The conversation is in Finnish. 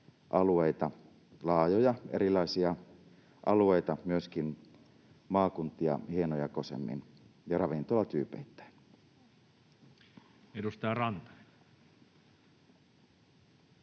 alueita — laajoja, erilaisia alueita, myöskin maakuntia — hienojakoisemmin ja ravintoloita tyypeittäin. Edustaja Rantanen.